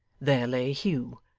there lay hugh,